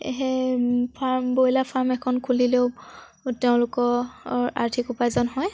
সেই farm broiler farm এখন খুলিলেও তেওঁলোকৰ আৰ্থিক উপাৰ্জন হয়